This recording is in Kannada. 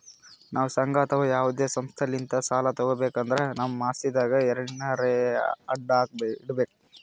ನಾವ್ ಸಂಘ ಅಥವಾ ಯಾವದೇ ಸಂಸ್ಥಾಲಿಂತ್ ಸಾಲ ತಗೋಬೇಕ್ ಅಂದ್ರ ನಮ್ ಆಸ್ತಿದಾಗ್ ಎನರೆ ಅಡ ಇಡ್ಬೇಕ್